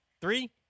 Three